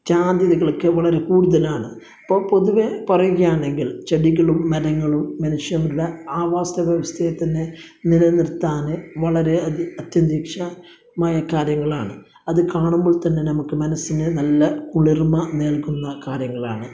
സാധ്യതകളൊക്കെ വളരെ കൂടുതലാണ് അപ്പോൾ പൊതുവേ പറയുകയാണെങ്കില് ചെടികളും മരങ്ങളും മനുഷ്യരുടെ ആവാസ വ്യവസ്ഥയെ തന്നെ നിലനിര്ത്താൻ വളരെ അത്യന്താപേക്ഷികമായ കാര്യങ്ങളാണ് അത് കാണുമ്പോള് തന്നെ നമുക്ക് മനസിന് നല്ല കുളിര്മ നല്കുന്ന കാര്യങ്ങളാണ്